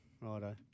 Righto